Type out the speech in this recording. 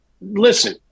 Listen